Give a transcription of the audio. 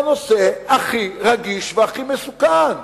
בנושא הכי רגיש והכי מסוכן.